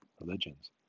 religions